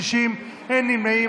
60 ואין נמנעים.